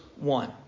one